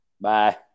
Bye